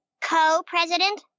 Co-president